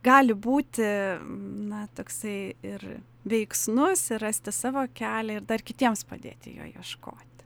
gali būti na toksai ir veiksnus ir rasti savo kelią ir dar kitiems padėti jo ieškoti